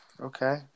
Okay